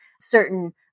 certain